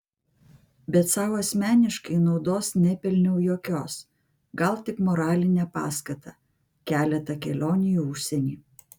bet sau asmeniškai naudos nepelniau jokios gal tik moralinę paskatą keletą kelionių į užsienį